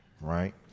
right